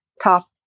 top